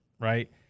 right